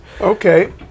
okay